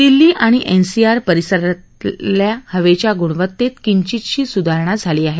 दिल्ली आणि एनसीआर परिसरातल्या हवेच्या ग्णवतेत किंचितशी सुधारणा झाली आहे